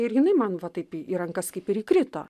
ir jinai man va taip į į rankas kaip ir įkrito